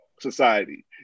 society